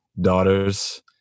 daughters